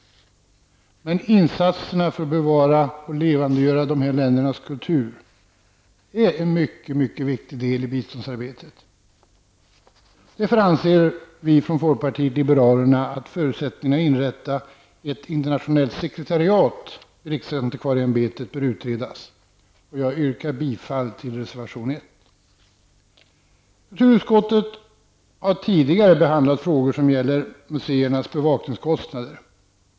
Insatserna för att bevara och levandegöra dessa länders kultur är en mycket viktig del av biståndsarbetet. Därför anser vi från folkpartiet liberalerna att förutsättningarna att inrätta ett internationellt sekretariat vid riksantikvarieämbetet bör utredas. Jag yrkar bifall till reservation 1. Kulturutskottet har tidigare behandlat frågor som gäller museernas bevakningskostnader.